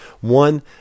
one